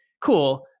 Cool